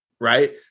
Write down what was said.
right